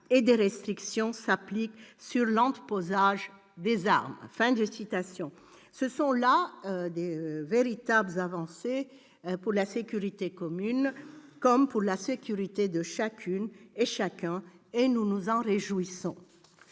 et des restrictions s'appliquent sur l'entreposage des armes. » Ce sont là de véritables avancées pour la sécurité commune comme pour la sécurité de chacune et de chacun, et nous nous en réjouissons.